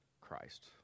Christ